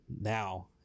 now